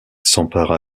s’empare